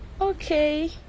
Okay